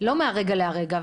לא מהרגע להרגע.